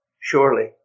surely